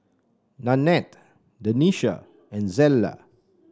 Nanette Denisha and Zella